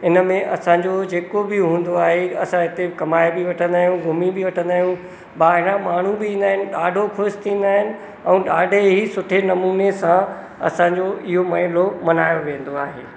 इन में असांजो जेको बि हूंदो आहे असां हिते कमाए बि वठंदा आहियूं घुमी बि वठंदा आहियूं ॿाहिरां माण्हू बि ईंदा आहिनि ॾाढो ख़ुशि थींदा आहिनि ऐं ॾाढे ई सुठे नमूने सां असांजो इहो महीनो मल्हायो वेंदो आहे